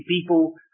people